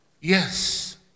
Yes